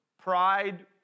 Pride